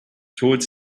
toward